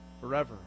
forever